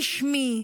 בשמי,